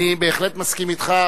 אני בהחלט מסכים אתך,